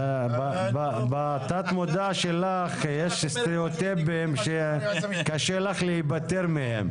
בתת מודע שלך יש סטריאוטיפים שקשה לך להיפתר מהם.